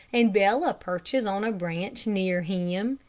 and bella perches on a branch near him,